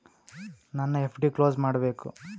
ನನ್ನ FD close ಮಾಡಬೇಕು